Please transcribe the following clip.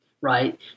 Right